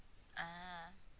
ah